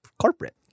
corporate